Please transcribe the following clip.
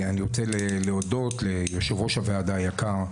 אני רוצה להודות ליושב ראש הוועדה היקר,